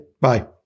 Bye